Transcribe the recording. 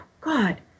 God